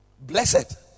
blessed